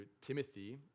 Timothy